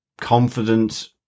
confident